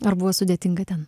ar buvo sudėtinga ten